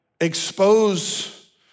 expose